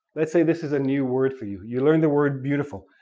let's say this is a new word for you, you learned the word beautiful.